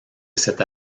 cette